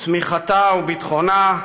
צמיחתה וביטחונה,